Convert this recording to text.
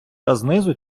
знизу